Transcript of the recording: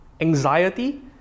anxiety